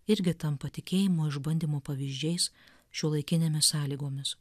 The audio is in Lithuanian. irgi tampa tikėjimo išbandymo pavyzdžiais šiuolaikinėmis sąlygomis